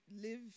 live